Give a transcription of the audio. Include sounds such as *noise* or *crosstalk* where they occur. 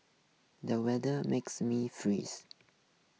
the weather makes me freeze *noise*